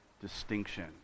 distinction